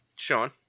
sean